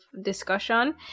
discussion